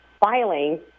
filing